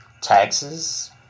Taxes